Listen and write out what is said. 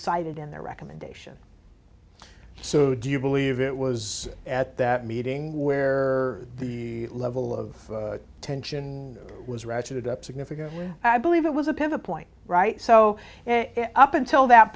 cited in their recommendations so do you believe it was at that meeting where the level of tension was ratcheted up significantly i believe it was a pivot point right so up until that